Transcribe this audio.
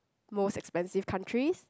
most expensive countries